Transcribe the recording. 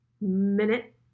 minute